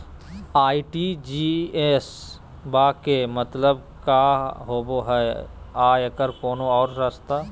RTGS बा के मतलब कि होबे हय आ एकर कोनो और रस्ता?